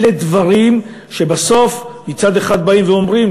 אלה דברים שבסוף, מצד אחד באים ואומרים: